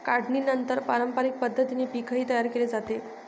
काढणीनंतर पारंपरिक पद्धतीने पीकही तयार केले जाते